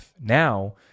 Now